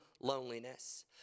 loneliness